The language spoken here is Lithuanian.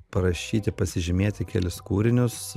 parašyti pasižymėti kelis kūrinius